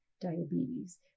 diabetes